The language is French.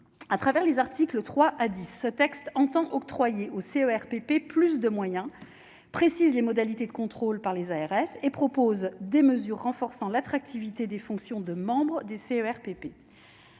à travers les articles 3, dit ce texte entend octroyer au RPP, plus de moyens, précise les modalités de contrôle par les ARS et propose des mesures renforçant l'attractivité des fonctions de membre du CE RPP,